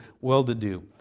well-to-do